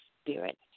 Spirit